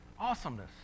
Awesomeness